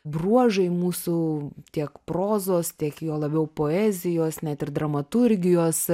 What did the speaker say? bruožai mūsų tiek prozos tiek juo labiau poezijos net ir dramaturgijos